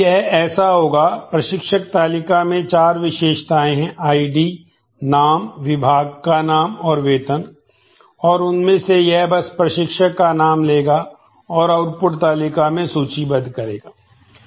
तो यह ऐसा होगा प्रशिक्षक तालिका में 4 विशेषताएं है आईडी नाम विभाग का नाम और वेतन और उनमें से यह बस प्रशिक्षक का नाम लेगा और आउटपुट तालिका में सूचीबद्ध करेगा